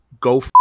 go